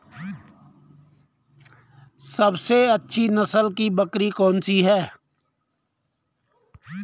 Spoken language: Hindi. सबसे अच्छी नस्ल की बकरी कौन सी है?